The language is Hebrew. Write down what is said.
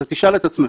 אתה תשאל את עצמך,